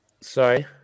Sorry